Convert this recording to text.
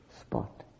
spot